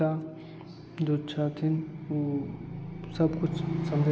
कुत्ता जो छथिन उ सबकुछ